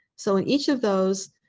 so in each of those,